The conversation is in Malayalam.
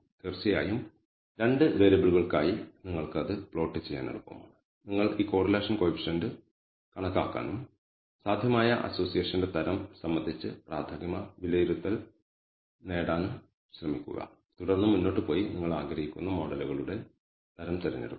തീർച്ചയായും 2 വേരിയബിളുകൾക്കായി നിങ്ങൾക്ക് അത് പ്ലോട്ട് ചെയ്യാൻ എളുപ്പമാണ് നിങ്ങൾ ഈ കോറിലേഷൻ കോയിഫിഷ്യന്റ് കണക്കാക്കാനും സാധ്യമായ അസോസിയേഷന്റെ തരം സംബന്ധിച്ച് പ്രാഥമിക വിലയിരുത്തൽ നേടാനും ശ്രമിക്കുക തുടർന്ന് മുന്നോട്ട് പോയി നിങ്ങൾ ആഗ്രഹിക്കുന്ന മോഡലുകളുടെ തരം തിരഞ്ഞെടുക്കുക